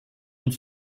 und